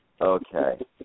Okay